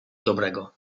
dobrego